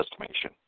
estimation